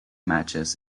matches